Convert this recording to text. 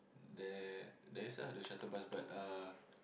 there there is ah a shuttle bus but uh